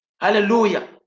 Hallelujah